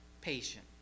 patient